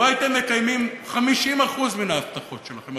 לו הייתם מקיימים 50% מן ההבטחות שלכם,